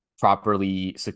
properly